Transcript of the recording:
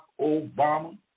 Obama